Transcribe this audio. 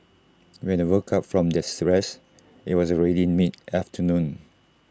when they woke up from theirs rest IT was already mid afternoon